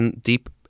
deep